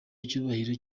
icyubahiro